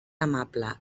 amable